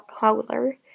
howler